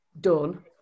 done